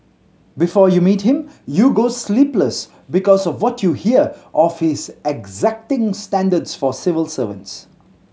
before you meet him you go sleepless because of what you hear of his exacting standards for civil servants